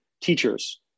teachers